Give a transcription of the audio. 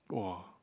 [wah]